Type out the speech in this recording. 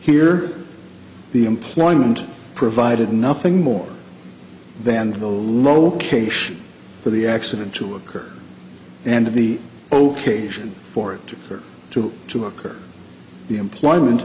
here the employment provided nothing more than the location for the accident to occur and the ok sion for it or two to occur the employment